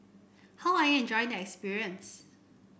how are you enjoy the experience